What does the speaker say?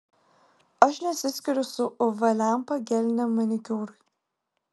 aš nesiskiriu su uv lempa geliniam manikiūrui